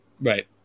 Right